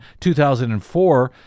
2004